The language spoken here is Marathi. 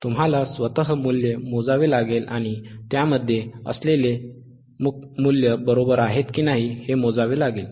तुम्हाला स्वतः मूल्ये मोजावे लागेल आणि त्यामध्ये असलेली मुल्य बरोबर आहेत की नाही हे मोजावे लागेल